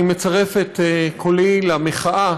אני מצרף את קולי למחאה